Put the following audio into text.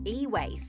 e-waste